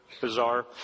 Bizarre